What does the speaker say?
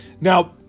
Now